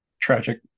tragic